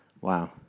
Wow